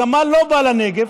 הגמל לא בא לנגב,